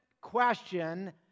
question